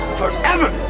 forever